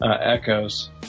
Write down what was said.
echoes